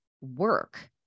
work